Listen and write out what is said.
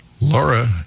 Laura